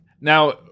Now